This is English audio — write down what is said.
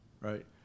right